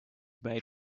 made